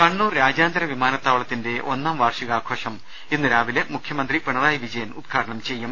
കണ്ണൂർ രാജ്യാന്തര വിമാനത്താവളത്തിന്റെ ഒന്നാം വാർഷികഘോഷം ഇന്ന് രാവിലെ മുഖ്യമന്ത്രി പിണറായി വിജയൻ ഉദ്ഘാടനം ചെയ്യും